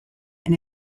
and